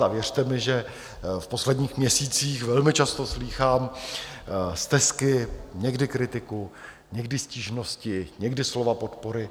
A věřte mi, že v posledních měsících velmi často slýchám stesky, někdy kritiku, někdy stížnosti, někdy slova podpory.